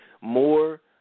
more